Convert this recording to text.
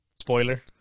spoiler